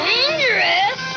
Dangerous